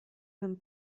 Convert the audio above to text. bym